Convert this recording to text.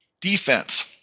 defense